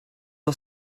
are